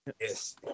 Yes